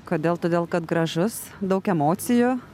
kodėl todėl kad gražus daug emocijų